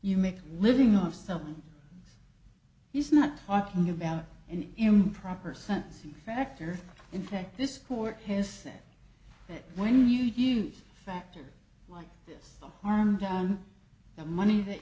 you make a living off selling he's not talking about an improper sentencing factor in fact this court has said that when you use factor my arm down the money that